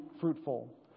fruitful